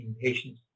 patients